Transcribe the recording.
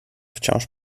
wciąż